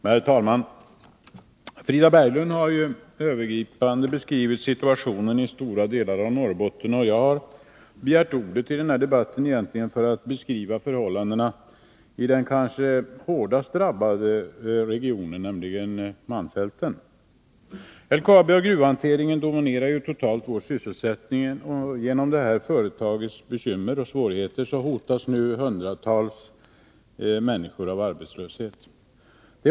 Herr talman! Frida Berglund har övergripande beskrivit situationen i stora delar av Norrbotten, och jag har begärt ordet i denna debatt för att beskriva förhållandena i den kanske hårdast drabbade regionen, nämligen malmfälten. LKAB och gruvhanteringen dominerar totalt vår sysselsättning, och genom detta företags bekymmer och svårigheter hotas nu hundratals människor av arbetslöshet.